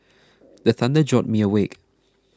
the thunder jolt me awake